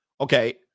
Okay